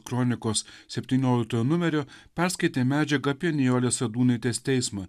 kronikos septynioliktojo numerio perskaitė medžiagą apie nijolės sadūnaitės teismą